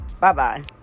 Bye-bye